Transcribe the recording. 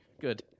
Good